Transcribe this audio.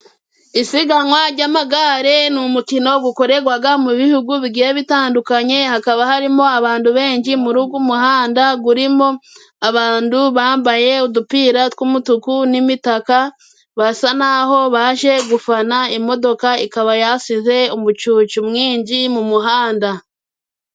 Isiganwa ry'amagare ni umukino gwukorerwaga mu bihugu bigiye bitandukanye, hakaba harimo abantu benshi muri ugwo muhanda urimo abantu bambaye udupira tw'umutuku n'imitaka, basa naho baje gufana imodoka, ikaba yasize umucucu mwinshi mu muhanda.